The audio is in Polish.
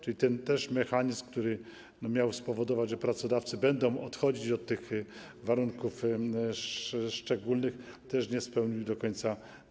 Czyli ten mechanizm, który miał spowodować, że pracodawcy będą odchodzić od tych warunków szczególnych, też nie zadziałał do końca.